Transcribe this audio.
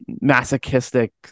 masochistic